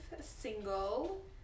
single